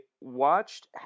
watched